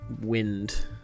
Wind